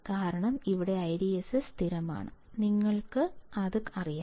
കാരണം ഇവിടെ IDSS സ്ഥിരമാണ് നിങ്ങൾക്ക് അത് അറിയാം